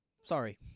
Sorry